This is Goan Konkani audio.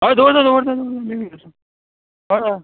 हय दवरता दवरता दवर मि हय हय